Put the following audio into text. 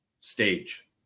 stage